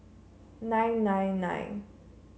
nine nine nine